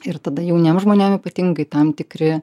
ir tada jauniem žmonėm ypatingai tam tikri